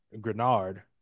Grenard